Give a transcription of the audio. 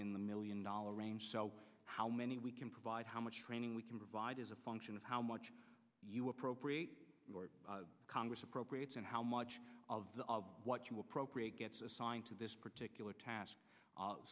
in the million dollar range so how many we can provide how much training we can provide is a function of how much you appropriate congress appropriates and how much of what you appropriate gets assigned to this particular task